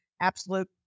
absolute